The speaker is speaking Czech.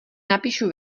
napíšu